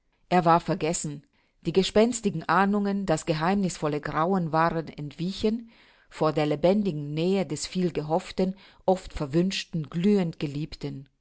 er war vergessen die gespenstigen ahnungen das geheimnißvolle grauen waren entwichen vor der lebendigen nähe des viel gehofften oft verwünschten glühend geliebten